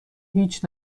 هیچ